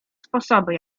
sposoby